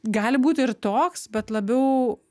gali būti ir toks bet labiau